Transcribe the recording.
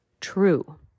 true